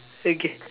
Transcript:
okay